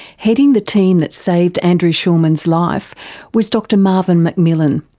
heading the team that saved andrew schulman's life was dr marvin mcmillen.